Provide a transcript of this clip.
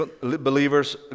believers